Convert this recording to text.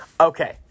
Okay